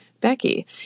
Becky